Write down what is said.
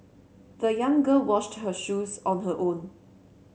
the young girl washed her shoes on her own